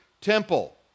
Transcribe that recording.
temple